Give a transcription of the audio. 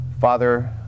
Father